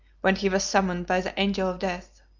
when he was summoned by the angel of death?